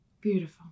Beautiful